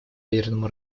ядерному